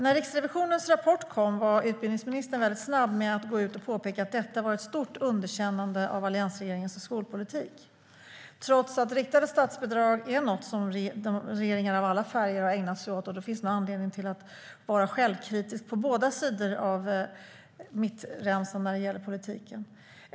När Riksrevisionens rapport kom var utbildningsministern snabb med att gå ut och påpeka att detta var ett stort underkännande av alliansregeringens skolpolitik, trots att riktade statsbidrag är något som regeringar av alla färger har ägnat sig åt. Det finns nog anledning att vara självkritisk på båda sidor av mittfåran i politiken.